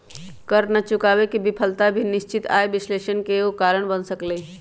कर न चुकावे के विफलता भी निश्चित आय विश्लेषण के एगो कारण बन सकलई ह